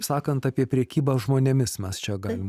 sakant apie prekybą žmonėmis mes čia galim